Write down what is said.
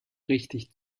richtig